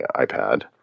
iPad